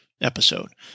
episode